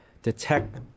Detect